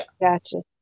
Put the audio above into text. gotcha